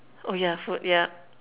oh yeah food yup